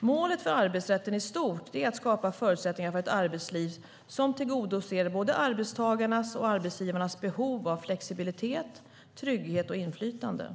Målet för arbetsrätten i stort är att skapa förutsättningar för ett arbetsliv som tillgodoser både arbetstagarnas och arbetsgivarnas behov av flexibilitet, trygghet och inflytande.